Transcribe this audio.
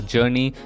Journey